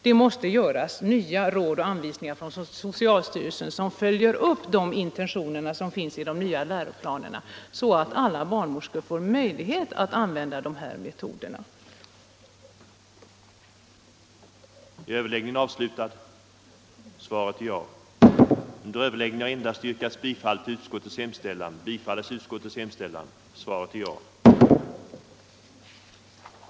Det måste ges nya råd och anvisningar från socialstyrelsen som följer upp de intentioner som finns i de nya läroplanerna, så att alla barnmorskor får möjlighet att använda alla kända smärtlindringsmetoder.